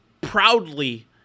proudly